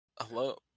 Hello